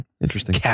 Interesting